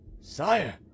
Sire